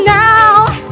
now